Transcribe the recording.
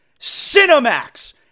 Cinemax